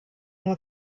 nur